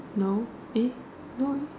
no eh why